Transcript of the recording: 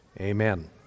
Amen